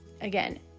Again